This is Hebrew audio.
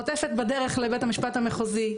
חוטפת בדרך לבית המשפט המחוזי,